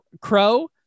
Crow